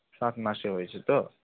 সাত মাসই হয়েছে তো